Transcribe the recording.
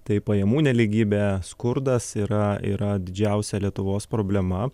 tai pajamų nelygybė skurdas yra yra didžiausia lietuvos problema